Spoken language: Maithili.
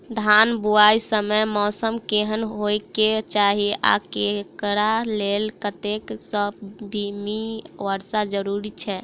धान बुआई समय मौसम केहन होइ केँ चाहि आ एकरा लेल कतेक सँ मी वर्षा जरूरी छै?